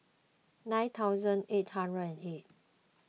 nine thousand eight hundred and eight